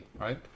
right